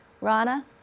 Rana